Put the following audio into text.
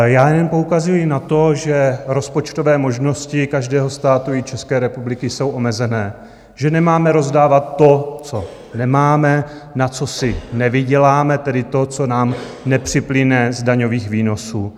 Já jen poukazuji na to, že rozpočtové možnosti každého státu, i České republiky, jsou omezené, že nemáme rozdávat to, co nemáme, na co si nevyděláme, tedy to, co nám nepřiplyne z daňových výnosů.